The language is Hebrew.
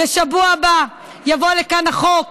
בשבוע הבא יובא לכאן החוק,